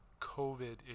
COVID